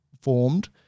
formed